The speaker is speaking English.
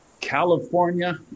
California